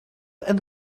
and